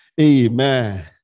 Amen